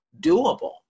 doable